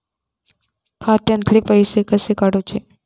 खात्यातले पैसे कसे काडूचे?